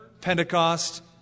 Pentecost